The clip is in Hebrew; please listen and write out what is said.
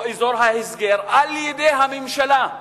או אזור ההסגר, על-ידי הממשלה.